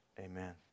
Amen